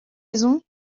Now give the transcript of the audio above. maisons